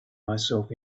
myself